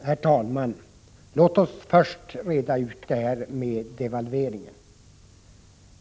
Herr talman! Låt oss först reda ut detta med devalveringen.